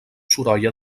sorolla